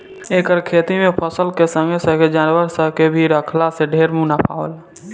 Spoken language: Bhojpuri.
एकर खेती में फसल के संगे संगे जानवर सन के भी राखला जे से ढेरे मुनाफा होला